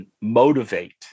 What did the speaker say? Motivate